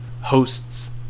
hosts